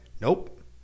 nope